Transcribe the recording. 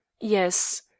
Yes